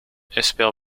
espère